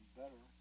better